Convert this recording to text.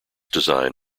design